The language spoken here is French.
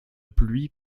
pluie